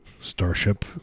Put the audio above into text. Starship